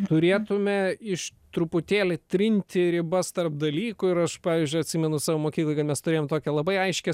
turėtume iš truputėlį trinti ribas tarp dalykų ir aš pavyzdžiui atsimenu savo mokyklą kad mes turėjom tokią labai aiškią